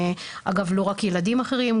אגב לא רק ילדים אחרים,